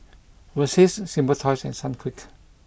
Versace Simply Toys and Sunquick